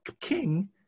king